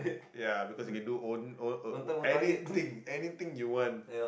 ya because you can do own own own own anything anything you want